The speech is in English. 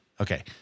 Okay